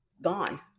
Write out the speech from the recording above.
gone